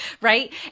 right